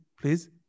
please